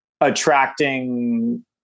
attracting